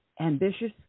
ambitious